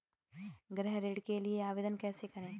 गृह ऋण के लिए आवेदन कैसे करें?